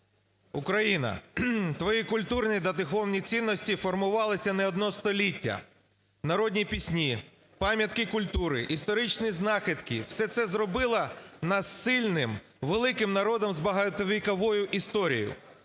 Україна, твої культурні та духовні цінності формувалися не одно століття. Народні пісні, пам'ятки культури, історичні знахідки – все це зробило нас сильним, великим народом з багатовіковою історією.